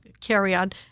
carry-on